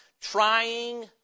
trying